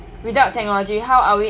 without technology how are we